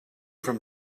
from